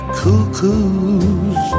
cuckoos